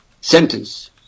sentence